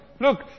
look